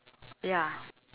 ya